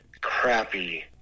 crappy